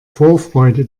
vorfreude